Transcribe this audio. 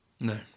No